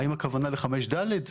האם הכוונה ל-5(ד)